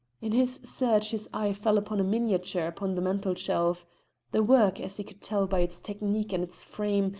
in his search his eye fell upon a miniature upon the mantelshelf the work, as he could tell by its technique and its frame,